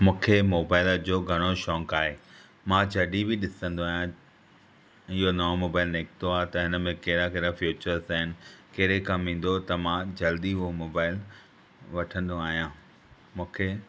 मूंखे मोबाइल जो घणो शोंक आहे मां जॾहिं बि ॾिसंदो आहियां इहो नओं मोबाइल निकतो आहे त इन में कहिड़ा कहिड़ा फ्यूचर्स आहिनि कहिड़े कमु ईंदो त मां जल्दी उहो मोबाइल वठंदो आहियां मूंखे